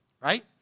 right